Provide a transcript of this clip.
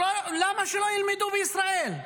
למה שלא ילמדו בישראל?